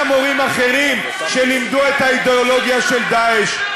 מורים אחרים שלימדו את האידיאולוגיה של "דאעש".